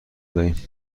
دهیم